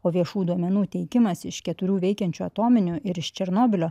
o viešų duomenų teikimas iš keturių veikiančių atominių ir iš černobylio